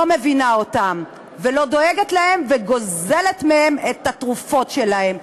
מבינה אותם ולא דואגת להם וגוזלת מהם את התרופות שלהם.